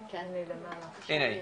אני רוצה לציין שהוחלט במערכת החינוך